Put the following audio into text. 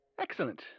Excellent